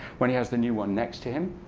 when he has the new one next to him,